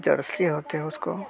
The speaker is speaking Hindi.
जर्सी होती है उसको